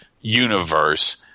universe